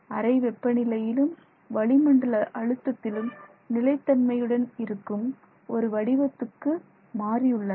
அறை வெப்ப நிலையிலும் வளிமண்டல அழுத்தத்திலும் நிலை தன்மையுடன் இருக்கும் ஒரு வடிவத்துக்கு மாறியுள்ளன